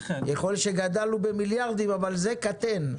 יכול להיות שגדלנו במיליארדים, אבל זה קטן.